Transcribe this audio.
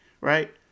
right